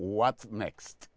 what's next